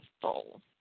full